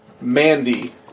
Mandy